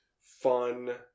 fun